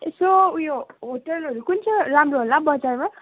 यसो उयो होटेलहरू कुन चाहिँ राम्रो होला बजारमा